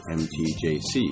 mtjc